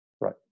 Right